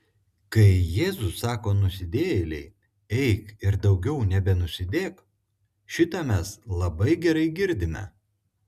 kai jėzus sako nusidėjėlei eik ir daugiau nebenusidėk šitą mes labai gerai girdime